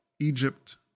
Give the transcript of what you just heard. Egypt